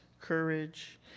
courage